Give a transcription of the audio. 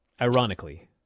ironically